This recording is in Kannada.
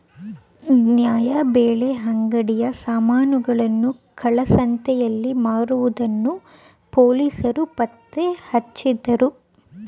ನ್ಯಾಯಬೆಲೆ ಅಂಗಡಿಯ ಸಾಮಾನುಗಳನ್ನು ಕಾಳಸಂತೆಯಲ್ಲಿ ಮಾರುವುದನ್ನು ಪೊಲೀಸರು ಪತ್ತೆಹಚ್ಚಿದರು